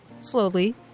slowly